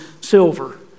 silver